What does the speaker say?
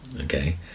Okay